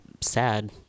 sad